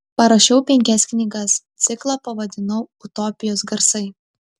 parašiau penkias knygas ciklą pavadinau utopijos garsai